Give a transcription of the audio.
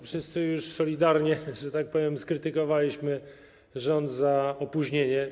Wszyscy już solidarnie, że tak powiem, skrytykowaliśmy rząd za opóźnienie.